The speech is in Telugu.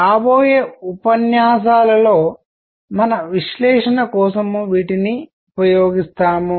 రాబోయే ఉపన్యాసాలలో మన విశ్లేషణ కోసం వీటిని ఉపయోగిస్తాము